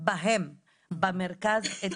בהם במרכז.